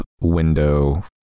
window